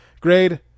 Grade